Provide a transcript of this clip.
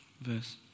verse